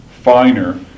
finer